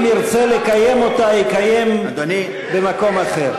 אם ירצה לקיים אותה, יקיים במקום אחר.